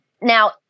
now